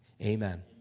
Amen